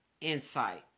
insight